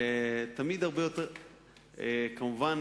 כמובן,